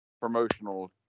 promotional